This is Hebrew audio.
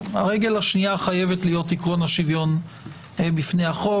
הרגל השנייה חייבת להיות עקרון השוויון בפני החוק.